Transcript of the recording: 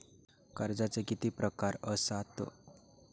कर्जाचे किती प्रकार असात?